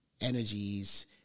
energies